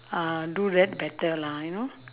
uh do that better lah you know